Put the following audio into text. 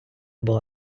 була